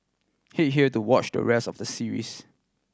head here to watch the rest of the series